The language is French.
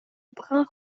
brun